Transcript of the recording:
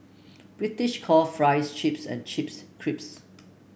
British call fries chips and chips crisps